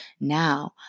now